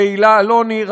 להילה אלוני,